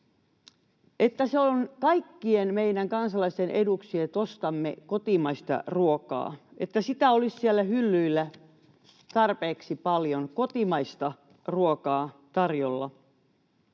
se on kaikkien meidän kansalaisten eduksi, että ostamme kotimaista ruokaa, että sitä olisi siellä hyllyillä tarpeeksi paljon, kotimaista ruokaa, tarjolla.